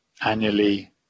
annually